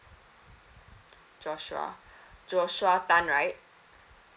joshua joshua tan right